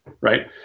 right